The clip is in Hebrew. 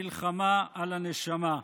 מלחמה על הנשמה.